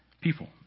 people